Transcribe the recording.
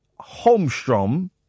Holmstrom